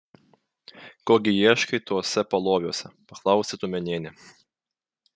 ko gi ieškai tuose paloviuose paklausė tuomėnienė